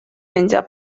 menja